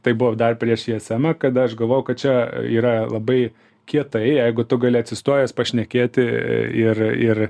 tai buvo dar prieš is emą kada aš galvojau kad čia yra labai kietai jeigu tu gali atsistojęs pašnekėti ir ir